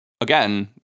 again